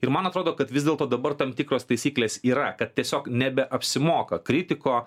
ir man atrodo kad vis dėlto dabar tam tikros taisyklės yra kad tiesiog nebeapsimoka kritiko